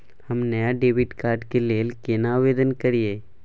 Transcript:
हम नया debit card के लेल केना आवेदन करियै?